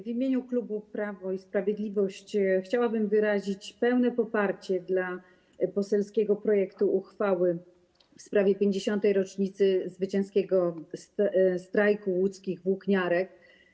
W imieniu klubu Prawo i Sprawiedliwość chciałabym wyrazić pełne poparcie dla poselskiego projektu uchwały w sprawie 50. rocznicy zwycięskiego strajku łódzkich włókniarek.